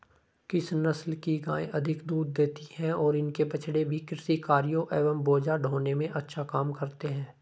किस नस्ल की गायें अधिक दूध देती हैं और इनके बछड़े भी कृषि कार्यों एवं बोझा ढोने में अच्छा काम करते हैं?